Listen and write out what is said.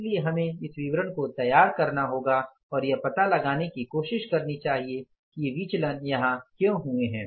इसलिए हमें इस विवरण को तैयार करना होगा और यह पता लगाने की कोशिश करनी चाहिए कि ये विचलन यहाँ क्यों हुए हैं